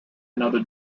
another